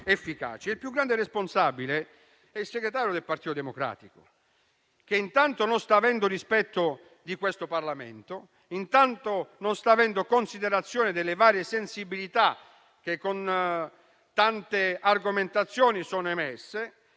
Il più grande responsabile è il segretario del Partito Democratico, che innanzitutto non sta avendo rispetto di questo Parlamento; non sta avendo considerazione delle varie sensibilità che con tante argomentazioni sono emerse.